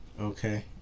Okay